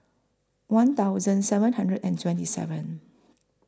one thousand seven hundred and twenty seven